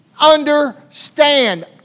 understand